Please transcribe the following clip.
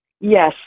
Yes